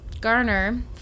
Garner